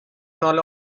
سال